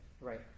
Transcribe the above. right